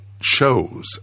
shows